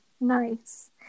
nice